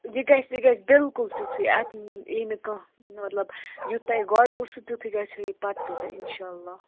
یہِ گژھِ یہِ گژھِ بِلکُل تیُتھُے اَتہِ یی نہٕ کانٛہہ مطلب یُتھ تۄہہِ گۄڈٕ اوسوٕ تیُتھُے گژھیو یہِ پَتہٕ تہِ تۄہہِ اِنشاء اللہ